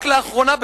רק לאחרונה,